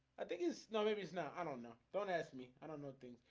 i think it's no maybe it's not i don't know don't ask me. i don't know things,